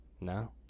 No